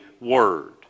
word